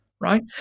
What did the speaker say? right